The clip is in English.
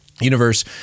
Universe